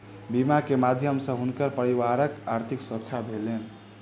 बीमा के माध्यम सॅ हुनकर परिवारक आर्थिक सुरक्षा भेलैन